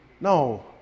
No